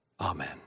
Amen